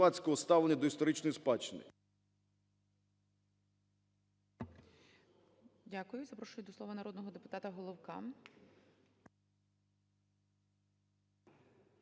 Дякую. І запрошую до слова народного депутата Спориша.